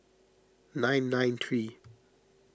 nine nine three